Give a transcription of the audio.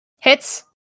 Hits